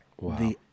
Wow